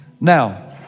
Now